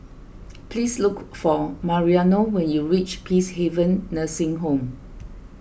please look for Mariano when you reach Peacehaven Nursing Home